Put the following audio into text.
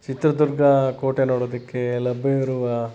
ಚಿತ್ರದುರ್ಗ ಕೋಟೆ ನೋಡೋದಕ್ಕೆ ಲಭ್ಯವಿರುವ